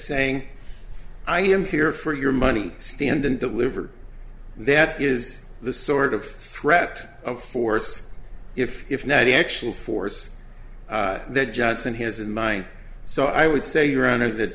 saying i am here for your money stand and deliver that is the sort of threat of force if if now the actual force that johnson has in mind so i would say your honor that